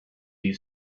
you